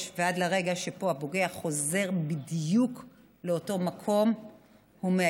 ועד לרגע שבו הפוגע חוזר בדיוק לאותו מקום ומאיים,